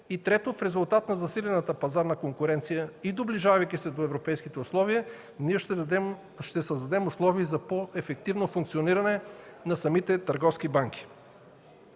и трето, в резултат на засилената пазарна конкуренция и доближавайки се до европейските условия, ще създадем условия за по-ефективно функциониране на самите търговски банки.